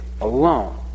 alone